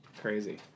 Crazy